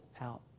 out